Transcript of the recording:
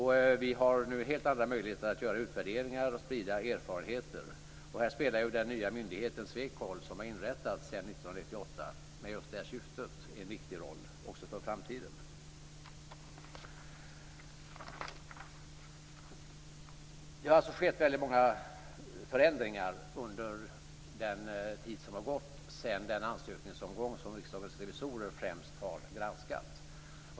Vi har nu helt andra möjligheter att göra utvärderingar och att sprida erfarenheter. Härvid spelar den nya myndigheten Swecol, som har inrättats efter 1998 med just detta syfte, en viktig roll, också för framtiden. Det har alltså skett väldigt många förändringar under den tid som har gått efter den ansökningsomgång som Riksdagens revisorer främst har granskat.